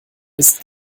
ist